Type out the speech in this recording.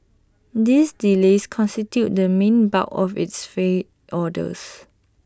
these delays constituted the main bulk of its failed orders